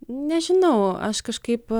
nežinau aš kažkaip